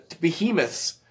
behemoths